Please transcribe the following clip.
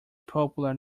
popular